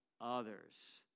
others